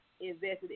invested